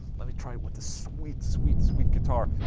let me try it with this sweet sweet sweet guitar